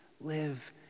Live